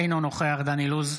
אינו נוכח דן אילוז,